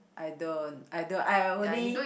I don't I don't I only